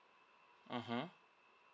mmhmm